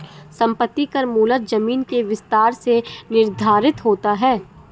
संपत्ति कर मूलतः जमीन के विस्तार से निर्धारित होता है